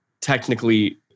technically